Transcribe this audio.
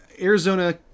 Arizona